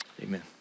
amen